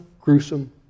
gruesome